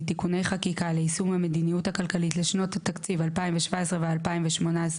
(תיקוני חקיקה ליישום המדיניות הכלכלית לשנות התקציב 2017 ו-2018,